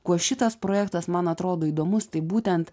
kuo šitas projektas man atrodo įdomus tai būtent